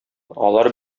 алар